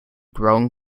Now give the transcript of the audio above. growing